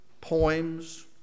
Poems